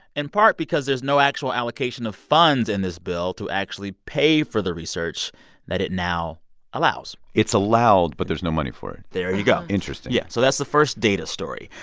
in part, because there's no actual allocation of funds in this bill to actually pay for the research that it now allows it's allowed. but there's no money for it there you go interesting yeah so that's the first data story.